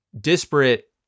disparate